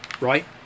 right